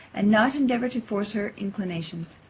and not endeavour to force her inclinations.